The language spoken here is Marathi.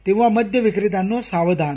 तेव्हा मद्य विक्रेत्यांनो सावधान